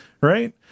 Right